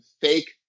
fake